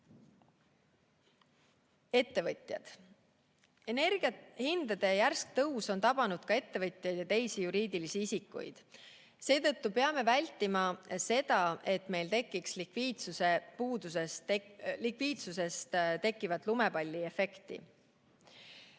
Ettevõtjad. Energiahindade järsk tõus on tabanud ka ettevõtjaid ja teisi juriidilisi isikuid. Seetõttu peame vältima likviidsusest tekkivat lumepalliefekti.